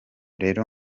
rero